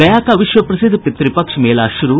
गया का विश्व प्रसिद्ध पितृपक्ष मेला शुरू